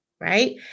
Right